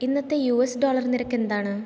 ഇന്നത്തെ U S dollar നിരക്ക് എന്താണ്